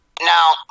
now